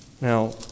now